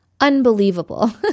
unbelievable